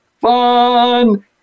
fun